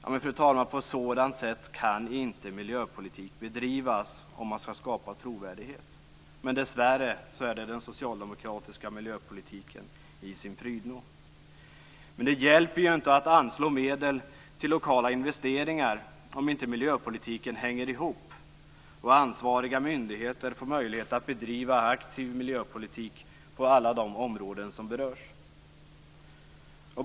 På ett sådant sätt kan inte miljöpolitik bedrivas om man skall skapa trovärdighet, men dessvärre är det den socialdemokratiska miljöpolitiken i sin prydno. Det hjälper inte att anslå medel till lokala investeringar om inte miljöpolitiken hänger ihop och ansvariga myndigheter får möjligheter att bedriva aktiv miljöpolitik på alla de områden som berörs.